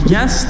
Yes